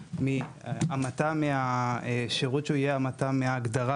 אלא מהמעטה, שירות שהוא המעטה מהגדרת